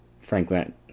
Franklin